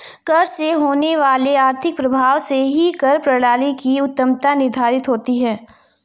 कर से होने वाले आर्थिक प्रभाव से ही कर प्रणाली की उत्तमत्ता निर्धारित होती है